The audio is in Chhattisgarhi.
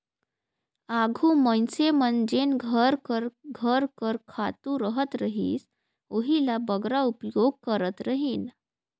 आघु मइनसे मन जेन घर कर घर कर खातू रहत रहिस ओही ल बगरा उपयोग करत रहिन